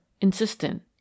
insistent